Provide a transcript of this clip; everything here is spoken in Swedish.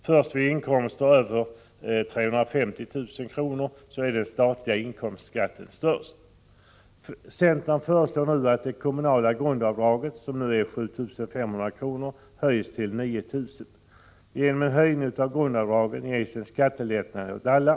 Först vid inkomster över 350 000 kr. är den statliga inkomstskatten störst. Centern föreslår att det kommunala grundavdraget, som nu är 7 500 kr., höjs till 9 000 kr. Genom en höjning av grundavdraget ges en skattelättnad åt alla.